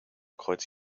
kreuz